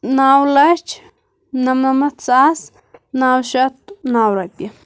نو لَچھ نَمنَمَتھ ساس نو شیٚتھ نو رۄپیہِ